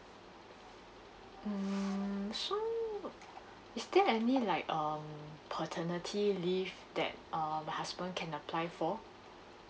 mm so is there any like um paternity leave that uh my husband can apply for